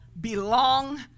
belong